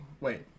Wait